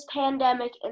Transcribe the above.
pandemic